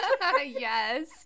Yes